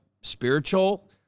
spiritual